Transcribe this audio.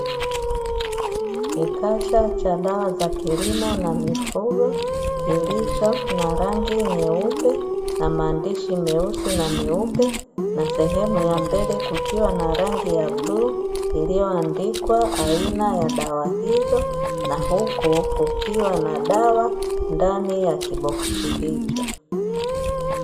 Kikasha cha dawa za kilimo na mifugo kilicho na rangi nyeupe na maandishi meusi na meupe, na sehemu ya mbele kukiwa na rangi ya bluu iliyoandikwa aina ya dawa hizo, na huku kukiwa na dawa ndani ya kiboksi hicho.